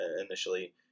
initially